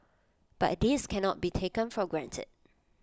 but this can not be taken for granted